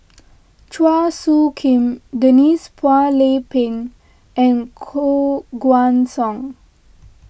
Chua Soo Khim Denise Phua Lay Peng and Koh Guan Song